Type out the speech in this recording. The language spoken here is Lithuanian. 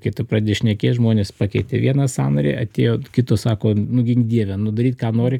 kai tu pradedi šnekėt žmonės pakeitė vieną sąnarį atėjo kito sako nu gink dieve nu daryt ką nori